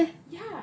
you saw meh